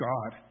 God